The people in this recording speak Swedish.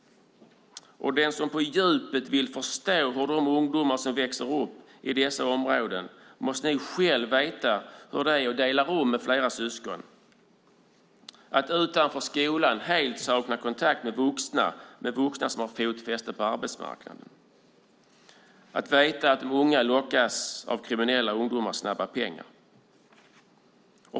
Den som på djupet vill förstå ungdomar som växer upp i dessa områden måste nog själv veta hur det är att dela rum med flera syskon och att utanför skolan helt sakna kontakt med vuxna som har fotfäste på arbetsmarknaden. De unga lockas av kriminella ungdomars snabba pengar.